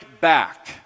back